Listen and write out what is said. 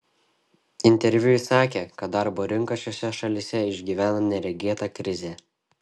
interviu ji sakė kad darbo rinka šiose šalyse išgyvena neregėtą krizę